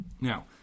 Now